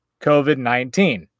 COVID-19